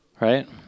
Right